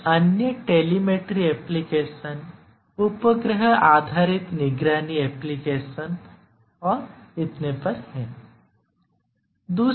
कुछ अन्य टेलीमेटरी एप्लिकेशनउपग्रह आधारित निगरानी एप्लिकेशन इत्यादि है इतने पर हैं